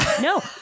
No